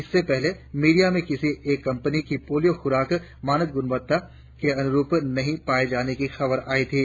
इससे पहले मीडिया में किसी एक कंपनी की पोलियो खुराक मानक गुणवत्ता के अनुरुप नहीं पाए जाने की खबर आई थी